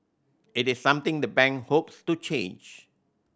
it is something the bank hopes to change